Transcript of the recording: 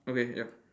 okay ya